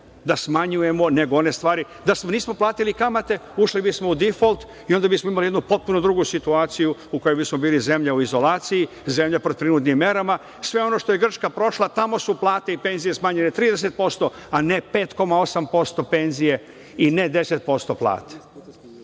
da smanjujemo nego one stvari. Da nismo platili kamate, ušli bismo u difolt i onda bismo imali jednu potpuno drugu situaciju u kojoj bismo bili zemlja u izolaciji, zemlja pod prinudnim merama, sve ono što je Grčka prošla, tamo su plate i penzije smanjene 30%, a ne 5,8% penzije i ne 10%